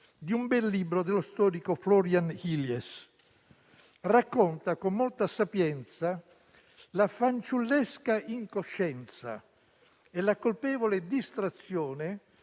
di un bel libro dello storico Florian Illies, che racconta, con molta sapienza, la fanciullesca incoscienza e la colpevole distrazione